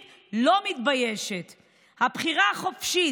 אז אני אספר לכם על הצביעות של המחנה ההוא,